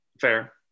Fair